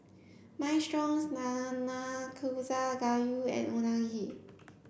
Minestrone Nanakusa Gayu and Unagi